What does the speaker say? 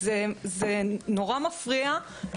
זה נורא מפריע,